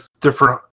different